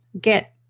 get